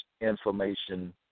information